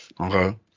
Okay